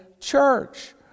church